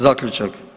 Zaključak.